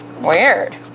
Weird